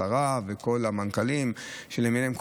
השרה וכל המנכ"לים למיניהם.